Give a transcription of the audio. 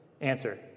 Answer